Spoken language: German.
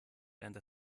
während